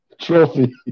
trophy